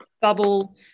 bubble